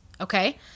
Okay